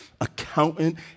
accountant